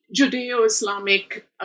Judeo-Islamic